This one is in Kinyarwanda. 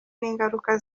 n’ingaruka